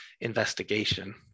investigation